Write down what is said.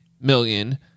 Million